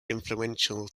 influential